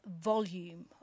volume